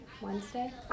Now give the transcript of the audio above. Wednesday